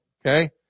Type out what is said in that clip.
Okay